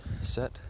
set